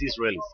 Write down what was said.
Israelis